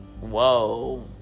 Whoa